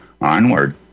onward